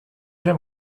j’ai